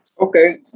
Okay